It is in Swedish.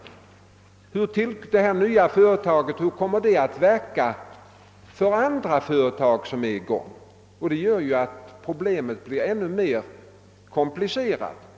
Vi måste fråga oss hur ett nytt företag kommer att inverka på andra företag som redan är i gång. Det gör att problemet blir ännu mer komplicerat.